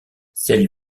celles